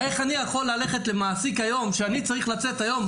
איך אני יכול ללכת למעסיק היום שאני צריך לצאת היום,